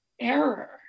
error